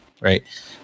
right